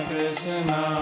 Krishna